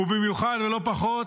ובמיוחד, ולא פחות,